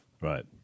Right